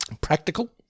practical